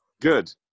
Good